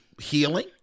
healing